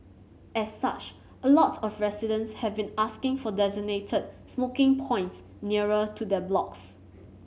as such a lot of residents have been asking for designated smoking points nearer to their blocks